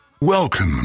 Welcome